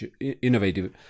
innovative